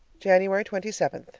january twenty seven.